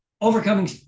overcoming